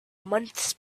months